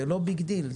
זה לא ביג דיל,